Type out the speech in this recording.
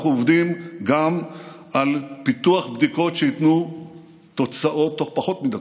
אנחנו עובדים גם על פיתוח בדיקות שייתנו תוצאות תוך פחות מדקות,